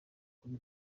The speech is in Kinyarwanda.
kuri